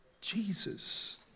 Jesus